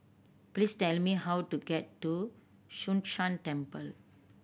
please tell me how to get to Yun Shan Temple